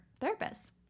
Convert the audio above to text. therapist